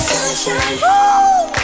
Sunshine